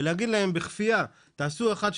ולהגיד להם בכפייה תעשו אחת,